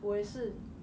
我也是